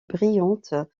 brillante